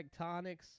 tectonics